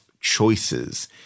choices